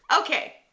Okay